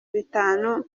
bitanu